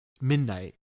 midnight